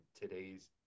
today's